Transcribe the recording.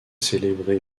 célébré